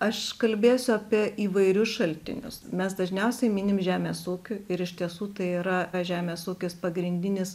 aš kalbėsiu apie įvairius šaltinius mes dažniausiai minim žemės ūkiui ir iš tiesų tai yra žemės ūkis pagrindinis